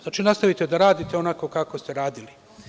Znači, nastavite da radite onako kako ste radili.